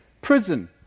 Prison